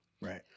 right